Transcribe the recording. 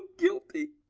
guilty!